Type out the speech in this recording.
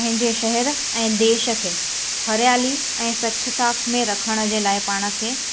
पंहिंजे शेहर ऐं देश खे हरियाली ऐं स्वछता में रखण जे लाइ पाण खे